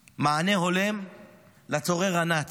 מענה הולם לצורר הנאצי.